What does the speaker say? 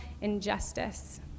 injustice